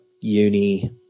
Uni –